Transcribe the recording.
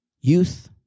youth